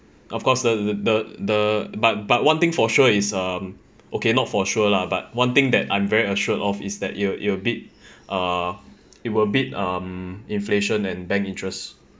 of course the the but but one thing for sure is um okay not for sure lah but one thing that I'm very assured of is that it'll it'll beat uh it'll beat um inflation and bank interest